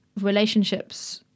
relationships